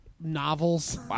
novels